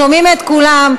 שומעים את כולם.